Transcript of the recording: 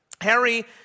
Harry